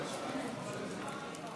אני